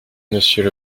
monsieur